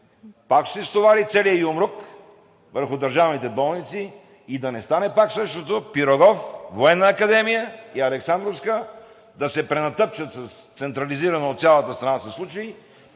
пак ще се стовари целият юмрук върху държавните болници и да не стане пак същото – „Пирогов“, Военна академия и Александровска, да се пренатъпчат централизирано от цялата страна със случаи,